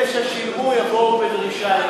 אלא ששילמו יבואו בדרישה,